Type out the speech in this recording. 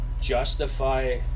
justify